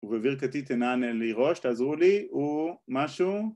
ובברכתי תנענע לי ראש, תעזרו לי, ו משהו